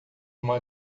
uma